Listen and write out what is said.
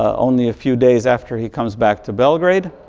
only a few days after he comes back to belgrade.